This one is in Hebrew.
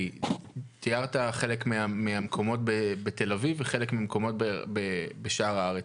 כי תיארת חלק מהמקומות בתל אביב וחלק מהמקומות בשאר הארץ.